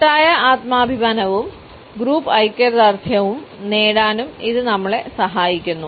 കൂട്ടായ ആത്മാഭിമാനവും ഗ്രൂപ്പ് ഐക്യദാർഢ്യവും നേടാനും ഇത് നമ്മളെ സഹായിക്കുന്നു